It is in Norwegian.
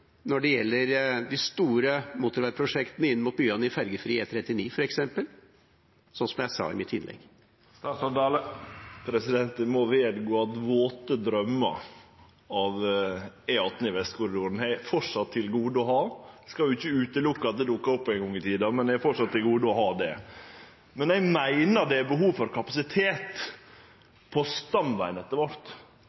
når det gjelder de store motorveiprosjektene inn mot byene i fergefri E39, f.eks. – som jeg sa i mitt innlegg? Eg må vedgå at våte draumar om E18 Vestkorridoren har eg framleis til gode å ha. Eg skal ikkje sjå bort frå at det dukkar opp ein gong i tida, men eg har framleis til gode å ha det. Eg meiner det er behov for kapasitet